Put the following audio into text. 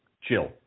chill